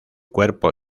cuerpo